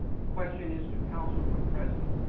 the question is to counsel for the president